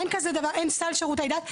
אין סל שירותי דת.